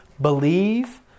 believe